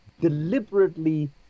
deliberately